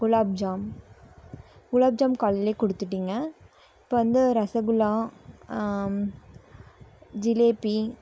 குலாப்ஜாம் குலாப்ஜாம் காலையில் கொடுத்துட்டிங்க இப்போ வந்து ரசகுல்லா ஜிலேபி